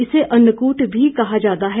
इसे अन्नकूट भी कहा जाता है